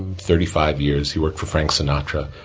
and thirty five years, he worked for frank sinatra.